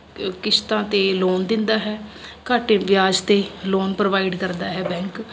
ਕਿਸ਼ਤਾਂ 'ਤੇ ਲੋਨ ਦਿੰਦਾ ਹੈ ਘੱਟ ਵਿਆਜ ਤੇ ਲੋਨ ਪ੍ਰੋਵਾਈਡ ਕਰਦਾ ਹੈ ਬੈਂਕ